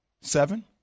Seven